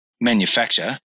manufacture